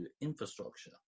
infrastructure